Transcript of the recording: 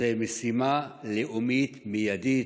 זאת משימה לאומית מיידית: